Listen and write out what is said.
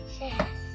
Yes